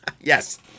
Yes